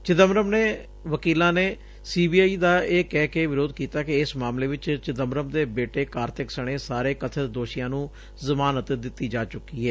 ਚਿਦੰਬਰਮ ਦੇ ਵਕੀਲਾਂ ਨੇ ਸੀ ਬੀ ਆਈ ਦਾ ਇਹ ਕਹਿ ਕੇ ਵਿਰੋਧ ਕੀਤਾ ਕਿ ਇਸ ਮਾਮਲੇ ਵਿਚੰ ਚਿੰਬਰਮ ਦੇ ਬੇਟੇ ਕਾਰੰਤਿਕ ਸਣੇ ਸਾਰੇ ਕਬਿਤ ਦੋਸ਼ੀਆਂ ਨੂੰ ਜ਼ਮਾਨਤ ਦਿੱਤੀ ਜਾ ਢੁੱਕੀ ਏ